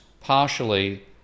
partially